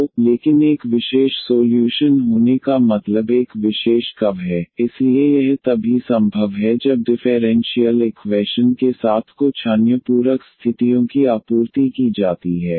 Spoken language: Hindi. तो लेकिन एक विशेष सोल्यूशन होने का मतलब एक विशेष कर्व है इसलिए यह तभी संभव है जब डिफेरेंशीयल इक्वैशन के साथ कुछ अन्य पूरक स्थितियों की आपूर्ति की जाती है